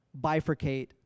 bifurcate